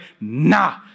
nah